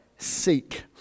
seek